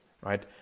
right